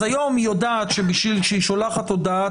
אז היום היא יודעת שבשביל שהיא שולחת הודעת